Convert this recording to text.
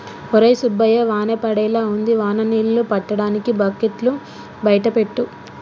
ఒరై సుబ్బయ్య వాన పడేలా ఉంది వాన నీళ్ళు పట్టటానికి బకెట్లు బయట పెట్టు